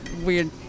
weird